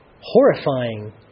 horrifying